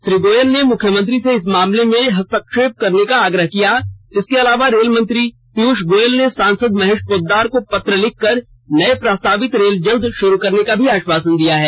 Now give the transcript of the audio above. श्री गोयल ने मुख्यमंत्री से इस मामले में हस्तक्षेप करने का आग्रह किया इसके अलावा रेल मंत्री पीयूष गोयल ने सांसद महेश पोद्दार को पत्र लिखकर नए प्रस्तावित रेल जल्द शुरू करने का भी आश्वासन दिया है